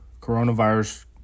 coronavirus